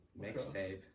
Mixtape